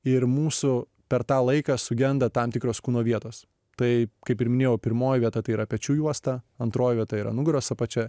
ir mūsų per tą laiką sugenda tam tikros kūno vietos tai kaip ir minėjau pirmoji vieta tai yra pečių juosta antroji vieta yra nugaros apačia